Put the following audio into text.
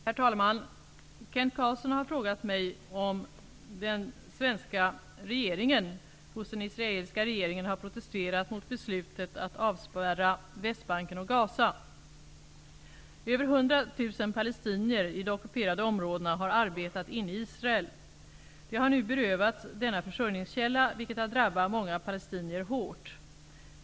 Herr talman! Kent Carlsson har frågat mig om den svenska regeringen hos den israeliska regeringen har protesterat mot beslutet att avspärra Över 100 000 palestinier i de ockuperade områdena har arbetat inne i Israel. De har nu berövats denna försörjningskälla, vilket har drabbat många palestinier hårt.